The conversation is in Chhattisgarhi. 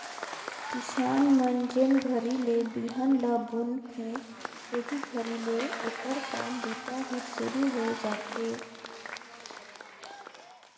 किसान मन जेन घरी ले बिहन ल बुनथे तेही घरी ले ओकर काम बूता हर सुरू होए जाथे